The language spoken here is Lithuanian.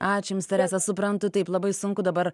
ačiū jums terese suprantu taip labai sunku dabar